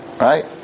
right